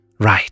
right